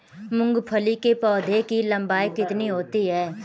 मूंगफली के पौधे की लंबाई कितनी होती है?